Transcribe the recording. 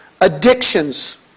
Addictions